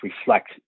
reflect